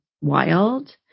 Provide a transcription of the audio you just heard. wild